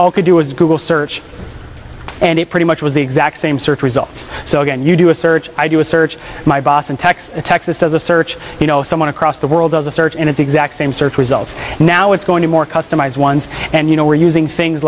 all could do was google search and it pretty much was the exact same search results so again you do a search i do a search my boss and texas does a search you know someone across the world does a search and it's exact same search results now it's going to more customize ones and you know we're using things